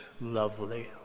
lovely